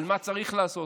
על מה צריך לעשות,